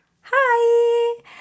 Hi